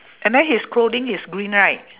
and then his clothing is green right